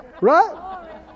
Right